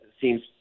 seems